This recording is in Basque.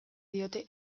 diote